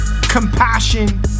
compassion